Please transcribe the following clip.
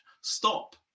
Stop